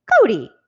Cody